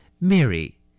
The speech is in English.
Mary